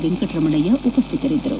ವೆಂಕಟರಮಣಯ್ಯ ಉಪಸ್ಥಿತರಿದ್ದರು